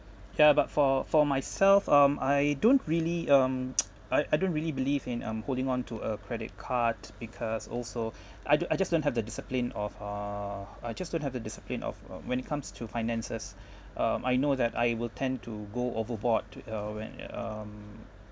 ya but for for myself um I don't really um I I don't really believe in um holding on to a credit card because also I do I just don't have the discipline of uh I just don't have the discipline of uh when it comes to finances um I know that I will tend to go overboard to uh when it um